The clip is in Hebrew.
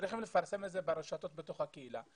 צריכים לפרסם את זה ברשתות בתוך הקהילה.